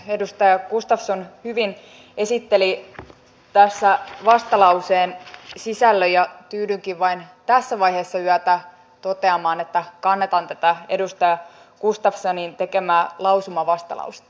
edustaja gustafsson hyvin esitteli tässä vastalauseen sisällön ja tyydynkin vain tässä vaiheessa yötä toteamaan että kannatan tätä edustaja gustafssonin tekemää lausumavastalausetta